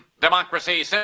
democracy